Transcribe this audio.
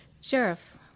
Sheriff